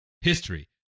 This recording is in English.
History